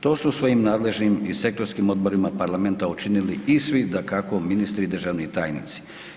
To su svojim nadležnim i sektorskim odborima parlamenta učinili i svi dakako ministri i državni tajnici.